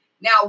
now